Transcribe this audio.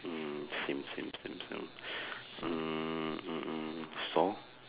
mm same same same same mm mm saw